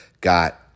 got